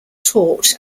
taught